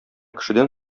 кешедән